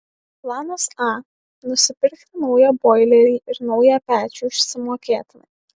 planas a nusipirkti naują boilerį ir naują pečių išsimokėtinai